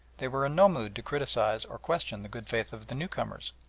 they were in no mood to criticise or question the good faith of the newcomers,